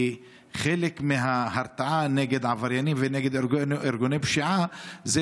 כי חלק מההרתעה נגד עבריינים ונגד ארגוני פשיעה זה